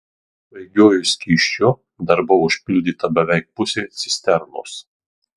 svaigiuoju skysčiu dar buvo užpildyta beveik pusė cisternos